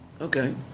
Okay